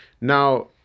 Now